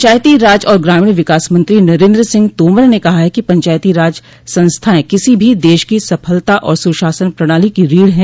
पंचायती राज और ग्रामीण विकास मंत्री नरेन्द्र सिंह तोमर ने कहा है कि पंचायती राज संस्थाएं किसी भी देश की सफलता और सुशासन प्रणाली की रीढ़ हैं